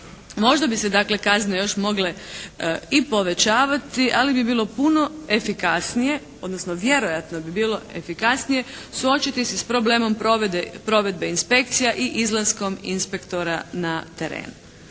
Možda bi se dakle kazne još mogle i povećavati, ali bi bilo puno efikasnije, odnosno vjerojatno bi bilo efikasnije suočiti se s problemom provedbe inspekcija i izlaskom inspektora na teren.